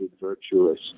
virtuous